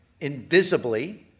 invisibly